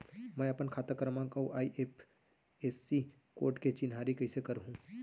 मैं अपन खाता क्रमाँक अऊ आई.एफ.एस.सी कोड के चिन्हारी कइसे करहूँ?